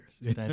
years